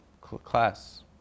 class